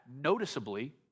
noticeably